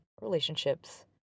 relationships